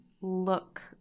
look